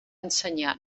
ensenyar